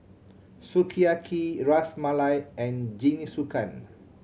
Sukiyaki Ras Malai and Jingisukan